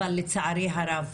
אבל לצערי הרב